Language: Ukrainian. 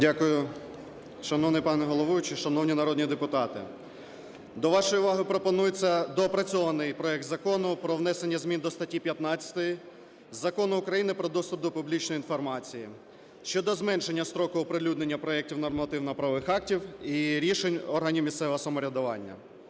Дякую. Шановний пане головуючий, шановні народні депутати, до вашої уваги пропонується доопрацьований проект Закону про внесення змін до статті 15 Закону України "Про доступ до публічної інформації" щодо зменшення строку оприлюднення проектів нормативно-правових актів і рішень органів місцевого самоврядування.